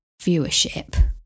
viewership